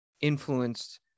influenced